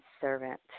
servant